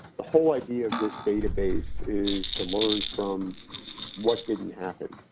the whole idea of this database is to learn from what didn't happen.